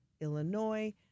Illinois